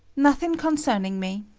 nothing concerning me.